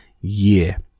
year